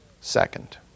second